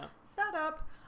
Setup